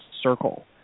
circle